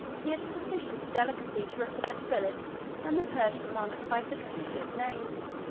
he had sufficient delicacy to represent philip and the persian monarch by fictitious names.